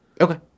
okay